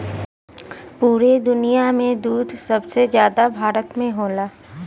पुरे दुनिया में दूध सबसे जादा भारत में होला